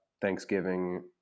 Thanksgiving